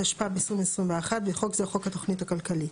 התשפ"ב-2021 (בחוק זה - חוק התוכנית הכלכלית)